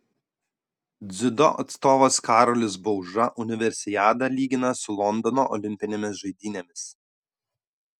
dziudo atstovas karolis bauža universiadą lygina su londono olimpinėmis žaidynėmis